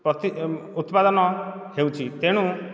ପ୍ରତି ଉତ୍ପାଦନ ହେଉଚି ତେଣୁ